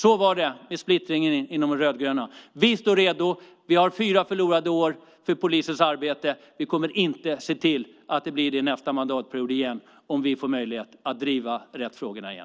Så var det med splittringen inom den rödgröna oppositionen. Vi står redo. Vi har fyra förlorade år bakom oss för polisens arbete. Vi kommer att se till att det inte blir det nästa mandatperiod igen om vi får möjlighet att driva rätt frågor igen.